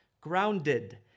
grounded